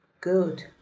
good